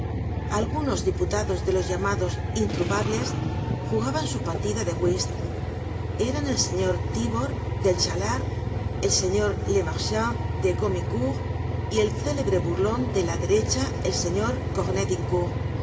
algunos diputados de los llamados in trouvables jugaban su partida de wist eran el señor thibord del chalard el señor lemarchant de gomicourt y el célebre burlon de la derecha el señor